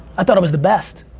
i thought i was the best.